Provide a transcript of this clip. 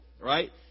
right